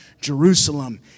Jerusalem